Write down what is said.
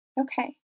Okay